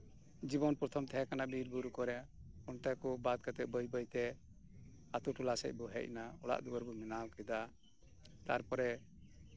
ᱡᱤᱵᱚᱱ ᱯᱨᱚᱛᱷᱟ ᱛᱟᱦᱮ ᱠᱟᱱᱟ ᱵᱤᱨ ᱵᱩᱨᱩ ᱠᱚᱨᱮᱫ ᱚᱱᱛᱮ ᱠᱚ ᱵᱟᱫᱽ ᱠᱟᱛᱮᱫ ᱵᱟᱹᱭ ᱵᱟᱹᱭᱛᱮ ᱟᱹᱛᱳ ᱴᱚᱞᱟ ᱥᱮᱫ ᱵᱚᱱ ᱦᱮᱡ ᱮᱱᱟ ᱚᱲᱟᱜ ᱫᱩᱣᱟᱹᱨ ᱵᱚᱱ ᱵᱮᱱᱟᱣ ᱠᱮᱫᱟ ᱛᱟᱨᱯᱚᱨᱮ